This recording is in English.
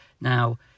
Now